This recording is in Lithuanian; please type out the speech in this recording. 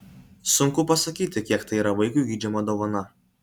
sunku pasakyti kiek tai yra vaikui geidžiama dovana